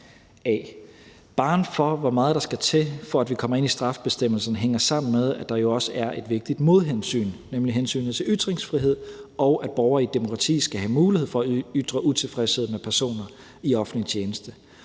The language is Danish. a. Barren for, hvor meget der skal til, for at vi kommer ind i straffebestemmelsen, hænger sammen med, at der jo også er et vigtigt modhensyn, nemlig hensynet til ytringsfrihed, og at borgere i et demokrati skal have mulighed for at ytre utilfredshed med personer i offentlig tjeneste.